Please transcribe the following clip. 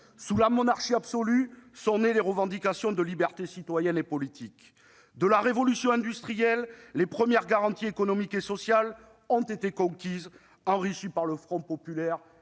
Sous la monarchie absolue sont nées les revendications de libertés citoyennes et politiques. Avec la révolution industrielle, les premières garanties économiques et sociales ont été conquises, enrichies par le Front populaire